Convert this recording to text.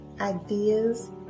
ideas